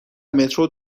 مترو